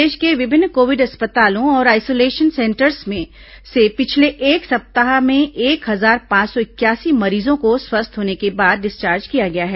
प्रदेश के विभिन्न कोविड अस्पतालों और आइसोलेशन सेंटर्स से पिछले एक सप्ताह में एक हजार पांच सौ इक्यासी मरीजों को स्वस्थ होने के बाद डिस्चार्ज किया गया है